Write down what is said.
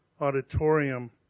auditorium